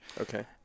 Okay